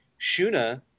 shuna